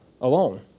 alone